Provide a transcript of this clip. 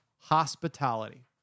hospitality